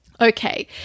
Okay